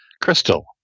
Crystal